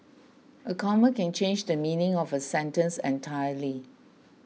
a comma can change the meaning of a sentence entirely